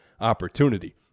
opportunity